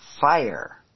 fire